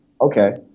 okay